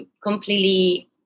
completely